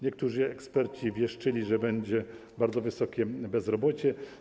Niektórzy eksperci wieszczyli, że będzie bardzo wysokie bezrobocie.